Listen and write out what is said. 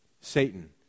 Satan